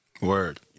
Word